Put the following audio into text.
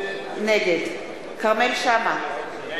נגד כרמל שאמה,